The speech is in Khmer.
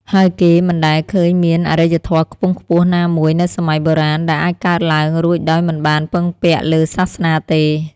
ហើយគេមិនដែលឃើញមានអរិយធម៌ខ្ពង់ខ្ពស់ណាមួយនៅសម័យបុរាណ ដែលអាចកើតឡើងរួចដោយមិនបានពឹងពាក់លើសាសនាទេ។